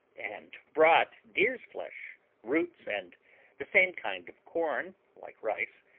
and brought deer's flesh, roots, and the same kind of corn, like rice,